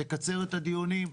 תקצר את הדיונים.